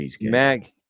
Mag